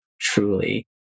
truly